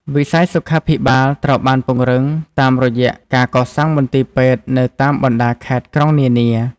វិស័យសុខាភិបាលត្រូវបានពង្រឹងតាមរយៈការកសាងមន្ទីរពេទ្យនៅតាមបណ្តាខេត្តក្រុងនានា។